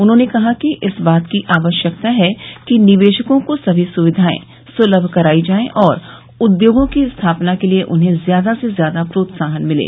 उन्होंने कहा कि इस बात की आवश्यकता है कि निवेशकों को सभी सुविधाएं सुलभ कराई जाये और उद्योगों की स्थापना के लिये उन्हें ज्यादा से ज्यादा प्रोत्साहन मिले